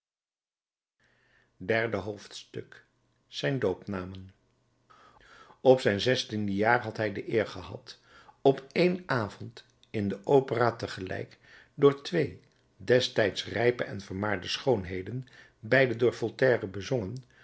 derde hoofdstuk zijn doopnamen op zijn zestiende jaar had hij de eer gehad op één avond in de opera te gelijk door twee destijds rijpe en vermaarde schoonheden beide door voltaire bezongen